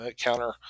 counter